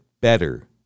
better